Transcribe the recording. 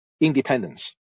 independence